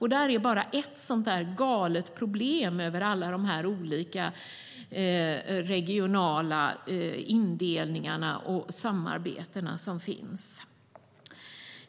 Detta är bara ett sådant galet problem med alla de olika regionala indelningar och samarbeten som finns.